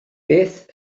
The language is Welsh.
beth